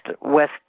West